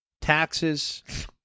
taxes